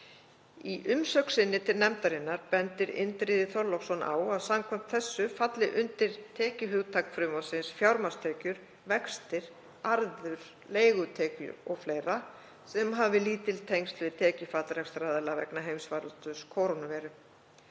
Í umsögn sinni til nefndarinnar bendir Indriði Þorláksson á að samkvæmt þessu falli undir tekjuhugtak frumvarpsins fjármagnstekjur, vextir, arður, leigutekjur o.fl. sem hafi lítil tengsl við tekjufall rekstraraðila vegna heimsfaraldurs kórónuveiru.